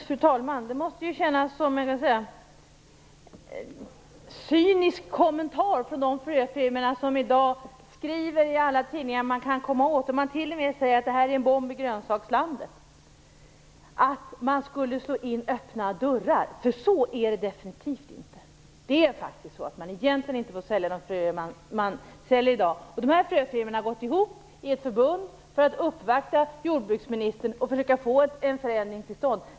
Fru talman! Det måste upplevas som en cynisk kommentar av de fröfirmor som i dag skriver i olika tidningar och t.o.m. säger att detta är en bomb i grönsakslandet när man säger att detta är att slå in öppna dörrar. Så är det definitivt inte. Man får egentligen inte sälja de fröer som man säljer i dag. Fröfirmorna har gått samman i ett förbund för att uppvakta jordbruksministern för att försöka få en förändring till stånd.